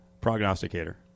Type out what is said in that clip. prognosticator